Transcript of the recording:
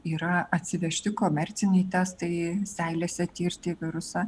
yra atsivežti komerciniai testai seilėse tirti virusą